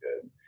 good